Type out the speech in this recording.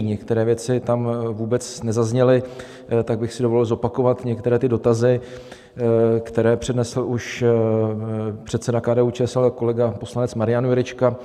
Některé věci tam vůbec nezazněly, tak bych si dovolil zopakovat některé ty dotazy, které přednesl už předseda KDUČSL, kolega poslanec Marian Jurečka.